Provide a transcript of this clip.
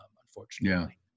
unfortunately